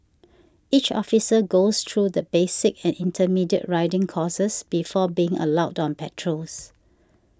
each officer goes through the basic and intermediate riding courses before being allowed on patrols